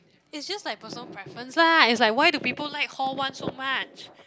it's just like personal preference lah it's like why do people like hall one so much